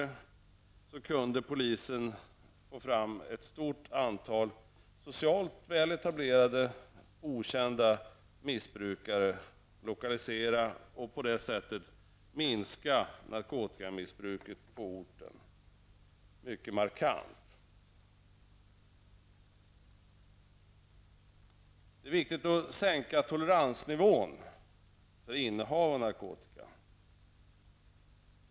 På så sätt kunde polisen lokalisera ett stort antal socialt väl etablerade okända missbrukare och minska narkotikamissbruket på orten mycket markant. Det är viktigt att sänka toleransnivån för innehav av narkotika.